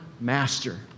master